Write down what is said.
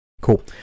cool